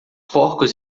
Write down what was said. porcos